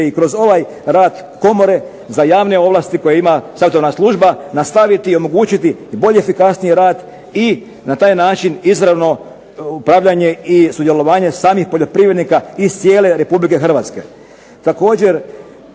i kroz ovaj rad komore za javne ovlasti koje ima savjetodavna služba nastaviti i omogućiti bolji i efikasniji rad, i na taj način izravno upravljanje i sudjelovanje samih poljoprivrednika iz cijele Republike Hrvatske. Također